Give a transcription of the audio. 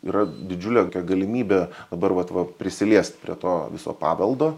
yra didžiulė galimybė dabar vat va prisiliest prie to viso paveldo